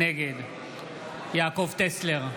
נגד יעקב טסלר,